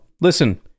Listen